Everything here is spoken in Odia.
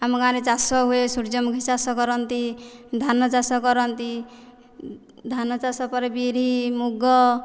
ଆମ ଗାଁରେ ଚାଷ ହୁଏ ସୂର୍ଯ୍ୟମୁଖୀ ଚାଷ କରନ୍ତି ଧାନ ଚାଷ କରନ୍ତି ଧାନ ଚାଷ ପରେ ବିରି ମୁଗ